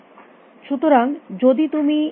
সুতরাং যদি তুমি এটি লেখ